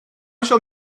shall